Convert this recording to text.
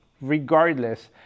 regardless